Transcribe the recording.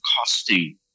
costing